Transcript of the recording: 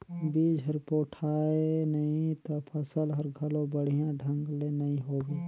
बिज हर पोठाय नही त फसल हर घलो बड़िया ढंग ले नइ होवे